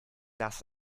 das